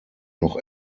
noch